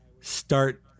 start